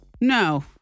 no